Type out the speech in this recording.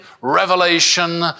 revelation